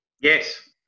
Yes